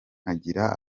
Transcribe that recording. nkagira